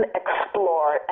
explore